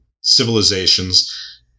civilizations